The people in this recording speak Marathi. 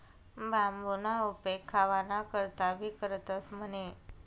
बांबूना उपेग खावाना करता भी करतंस म्हणे